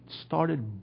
started